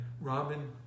Robin